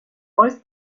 writes